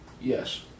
Yes